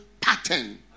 pattern